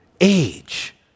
age